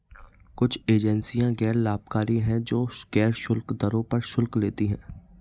कुछ एजेंसियां गैर लाभकारी हैं, जो गैर शुल्क दरों पर शुल्क लेती हैं